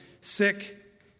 sick